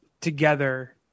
together